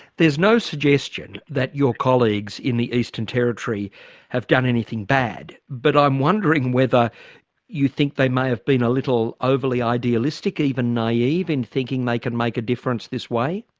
there's no suggestion that your colleagues in the eastern territory have done anything bad. but i'm wondering whether you think they may have been a little overly idealistic, even naive in thinking they can make a difference this way?